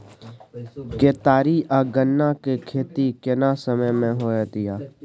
केतारी आ गन्ना के खेती केना समय में होयत या?